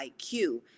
IQ